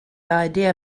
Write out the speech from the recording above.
idea